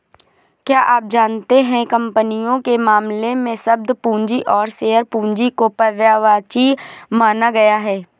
क्या आप जानते है कंपनियों के मामले में, शब्द पूंजी और शेयर पूंजी को पर्यायवाची माना गया है?